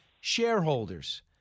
shareholders